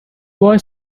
boy